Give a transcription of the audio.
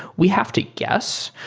we have to guess.